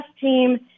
team